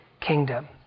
Kingdom